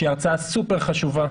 שהיא הרצאה סופר חשובה,